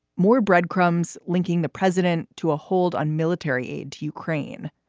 more breadcrumbs linking the president to a hold on military aid to ukraine.